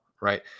right